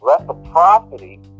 reciprocity